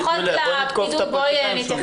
לפחות לפקידות בואי נתייחס בכבוד.